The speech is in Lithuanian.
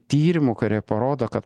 tyrimų kurie parodo kad